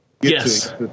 Yes